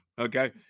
okay